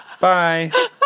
Bye